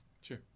sure